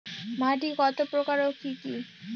মাটি কত প্রকার ও কি কি?